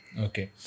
Okay